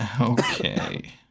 Okay